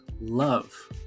love